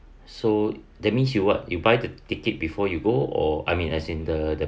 so that means you what you buy the ticket before you go or I mean as in the the